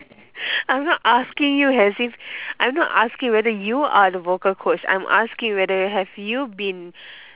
I'm not asking you has if I'm not asking whether you are the vocal coach I'm asking whether have you been